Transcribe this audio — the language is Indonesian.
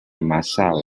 masalah